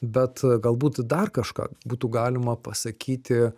bet galbūt dar kažką būtų galima pasakyti